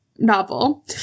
novel